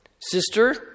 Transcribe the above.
Sister